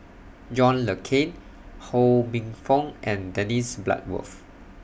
John Le Cain Ho Minfong and Dennis Bloodworth